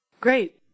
Great